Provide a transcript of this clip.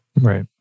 Right